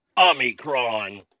Omicron